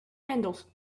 handles